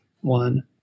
one